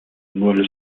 byłem